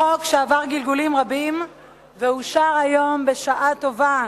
החוק, שעבר גלגולים רבים ואושר היום בשעה טובה,